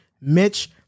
Mitch